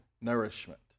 nourishment